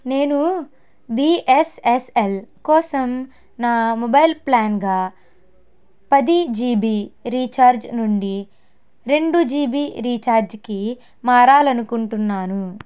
నేను బీఎస్ఎస్ఎల్ కోసం నా మొబైల్ ప్లాన్గా పది జీబి రీఛార్జ్ నుండి రెండు జీబి రీఛార్జ్కి మారాలనుకుంటున్నాను